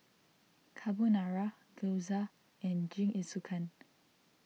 Carbonara Gyoza and Jingisukan